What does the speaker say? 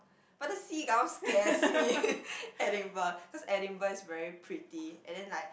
but the seagulls scares me Edinburgh cause Edinburgh is very pretty and then like